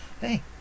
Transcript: hey